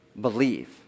believe